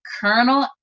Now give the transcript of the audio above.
Colonel